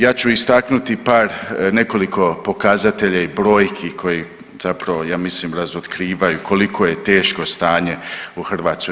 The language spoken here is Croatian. Ja ću istaknuti par nekoliko pokazatelja i brojki koji zapravo ja mislim razotkrivaju koliko je teško stanje u Hrvatskoj.